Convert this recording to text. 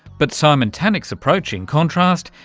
but simon tannock's approach, in contrast,